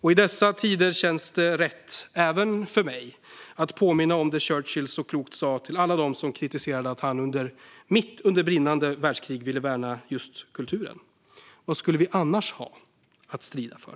I dessa tider känns det rätt även för mig att påminna om det Churchill så klokt sa till alla dem som kritiserade att han mitt under brinnande världskrig ville värna just kulturen: Vad skulle vi annars ha att strida för?